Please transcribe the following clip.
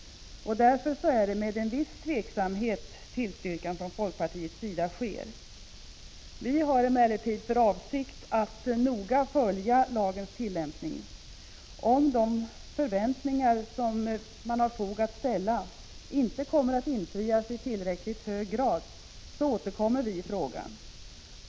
Därför är det med en viss tveksamhet som tillstyrkan från folkpartiets sida sker. Vi har emellertid för avsikt att noga följa lagens tillämpning. Om de förväntningar som man har fog att ställa inte kommer att infrias i tillräckligt hög grad, återkommer vi i frågan.